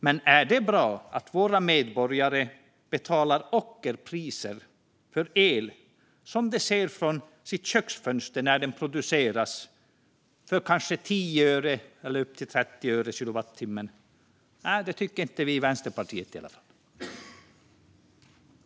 Men är det bra att våra medborgare betalar ockerpriser för el som de ser från sitt köksfönster när den produceras för kanske 10 öre eller upp till 30 öre kilowattimmen? Nej, det tycker i varje fall inte vi i Vänsterpartiet.